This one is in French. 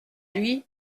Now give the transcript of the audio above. lui